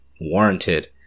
warranted